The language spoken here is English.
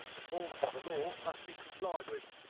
the forms of the law must be complied with.